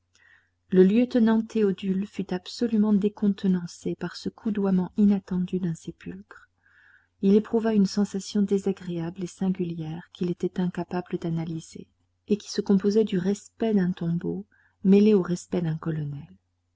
le lieutenant théodule fut absolument décontenancé par ce coudoiement inattendu d'un sépulcre il éprouva une sensation désagréable et singulière qu'il était incapable d'analyser et qui se composait du respect d'un tombeau mêlé au respect d'un colonel